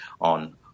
on